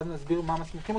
נסביר מה הוא